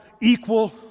equal